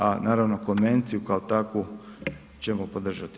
A naravno, konvenciju kao takvu ćemo podržati.